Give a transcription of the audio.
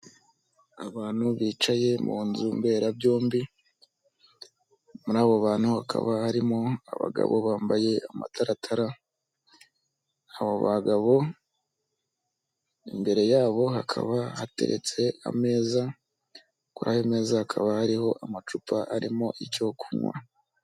Abantu bicaye munzu mbera byombi, murabo bantu hakaba harimo abagabo bambaye amataratara, abo bagabo imbere yabo hakaba hateretse ameza ,kurayo meza hakaba hariho amacupa arimo icyo kunywa .